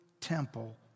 temple